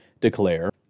declare